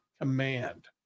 command